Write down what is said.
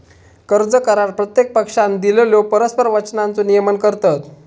कर्ज करार प्रत्येक पक्षानं दिलेल्यो परस्पर वचनांचो नियमन करतत